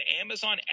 Amazon